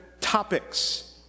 topics